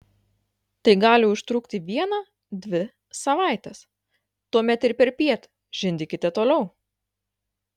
tai gali užtrukti vieną dvi savaites tuomet ir perpiet žindykite toliau